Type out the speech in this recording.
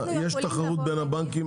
יש תחרות בין הבנקים,